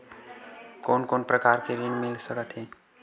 कोन कोन प्रकार के ऋण मिल सकथे?